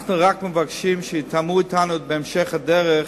אנו רק מבקשים שיתאמו אתנו בהמשך הדרך.